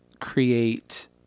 create